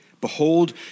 Behold